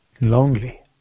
lonely